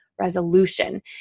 resolution